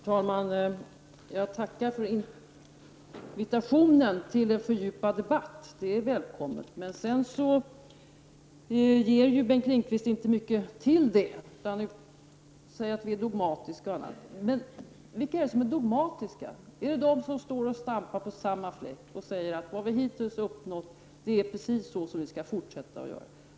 Herr talman! Jag tackar för invitationen till en fördjupad debatt. Det är välkommet. Men Bengt Lindqvist ger ju inte mycket, utan säger att vi är dogmatiska och annat. Vilka är det som är dogmatiska? Är det inte de som står och stampar på samma fläck och säger att vad vi hittills har uppnått är precis som det skall vara i fortsättningen?